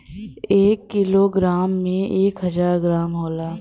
एक kilogram में एक हजार ग्राम होला